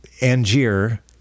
angier